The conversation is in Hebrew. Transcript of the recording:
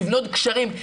לבנות גשרים?